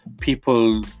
people